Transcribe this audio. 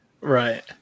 right